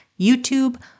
YouTube